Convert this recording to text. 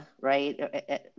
right